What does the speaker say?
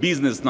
бізнес